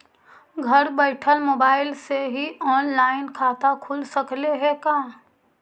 घर बैठल मोबाईल से ही औनलाइन खाता खुल सकले हे का?